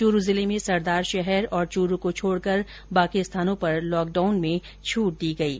चूरू जिले में सरदारशहर और चूरू को छोड़कर बाकी स्थानों पर लॉकडाउन में छूट दी गयी है